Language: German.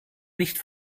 nicht